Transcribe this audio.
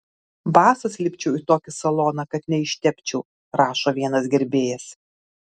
basas lipčiau į tokį saloną kad neištepčiau rašo vienas gerbėjas